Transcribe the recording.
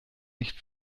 nicht